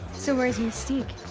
so where's mystique?